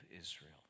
Israel